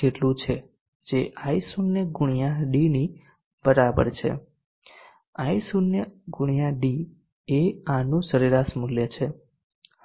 જેટલું છે જે I0 ગુણ્યા d ની બરાબર છે I0 ગુણ્યા d એ આનું સરેરાશ મૂલ્ય છે